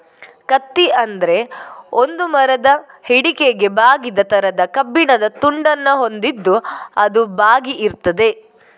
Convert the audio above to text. ಕತ್ತಿ ಅಂದ್ರೆ ಒಂದು ಮರದ ಹಿಡಿಕೆಗೆ ಬಾಗಿದ ತರದ ಕಬ್ಬಿಣದ ತುಂಡನ್ನ ಹೊಂದಿದ್ದು ಅದು ಬಾಗಿ ಇರ್ತದೆ